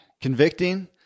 convicting